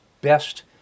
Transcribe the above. best